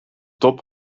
top